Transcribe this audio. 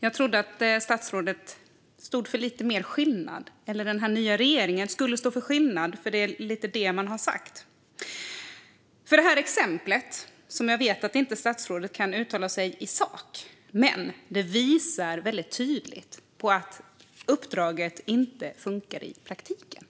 Jag trodde att statsrådet och den nya regeringen skulle stå för skillnad, för det är det man har sagt. Det exempel som jag tar upp i min interpellation, och som jag vet att statsrådet inte kan uttala sig om i sak, visar väldigt tydligt på att uppdraget inte funkar i praktiken.